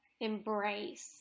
embrace